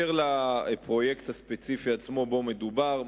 אשר לפרויקט הספציפי שבו מדובר,